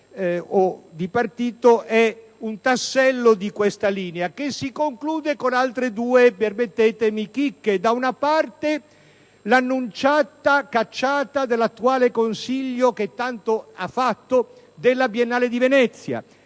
di partito è un tassello di questa linea, che si conclude con altre due - permettetemi - chicche: da una parte l'annunciata cacciata dell'attuale consiglio, che tanto ha fatto, della Biennale di Venezia;